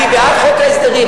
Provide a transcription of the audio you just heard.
אני בעד חוק ההסדרים.